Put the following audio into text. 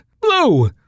Blue